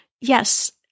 Yes